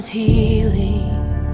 healing